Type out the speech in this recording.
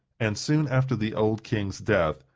and soon after the old king's death,